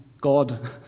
God